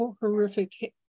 horrific